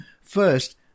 first